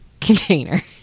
container